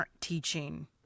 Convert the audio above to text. teaching